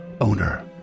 owner